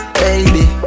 baby